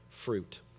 fruit